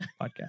Podcast